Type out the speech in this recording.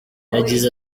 yagize